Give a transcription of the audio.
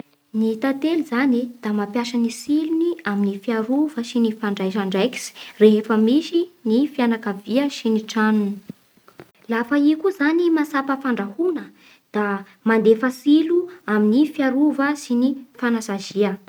Ny tantely zany da mampiasa ny tsilony amin'ny fiarova sy ny fandraisa andraikitsy rehefa misy ny fianakavia sy ny tragnony. Lafa i koa zany mahatsapa fandrahona da mandefa tsilo amin'ny fiarova sy ny fanasazia.